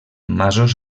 masos